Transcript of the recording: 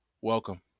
welcome